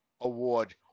award